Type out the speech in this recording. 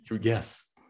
Yes